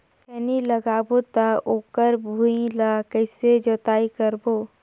खैनी लगाबो ता ओकर भुईं ला कइसे जोताई करबो?